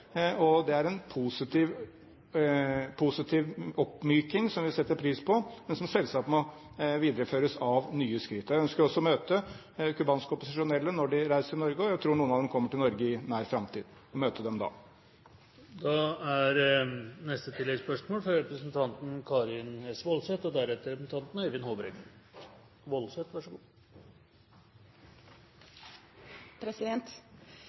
og det er en positiv oppmyking som vi setter pris på, men som selvsagt må videreføres av nye skritt. Jeg ønsker også å møte cubanske opposisjonelle når de reiser til Norge, og jeg tror noen av dem kommer til Norge i nær framtid.